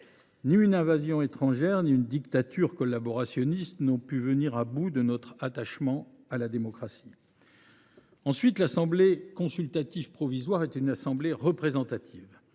ni une invasion étrangère ni une dictature collaborationniste n’ont pu venir à bout de notre attachement à la démocratie. Deuxièmement, l’Assemblée consultative provisoire est une assemblée représentative.